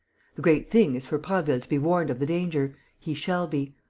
the great thing is for prasville to be warned of the danger. he shall be.